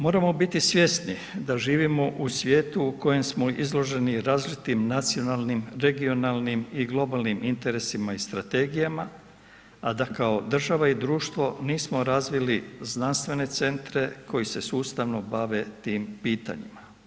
Moramo biti svjesni da živimo u svijetu u kojem smo izloženi različitim nacionalnim, regionalnim i globalnim interesima i strategijama a da kao država i društvo nismo razvili znanstvene centre koji se sustavno bave tim pitanjima.